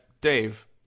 Dave